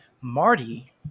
Marty